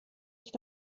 ich